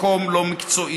מקום לא מקצועי,